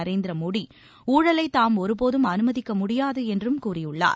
நரேந்திர மோடி ஊழலை தாம் ஒருபோதும் அனுமதிக்க முடியாது என்றும் கூறியுள்ளார்